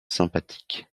sympathique